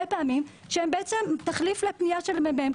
פעמים שהן בעצם תחליף לפנייה של המ.מ.מ.